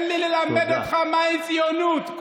תן לי ללמד אותך מהי ציונות.